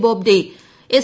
Bobde S